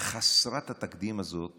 חסרת התקדים הזאת